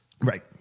right